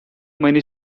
many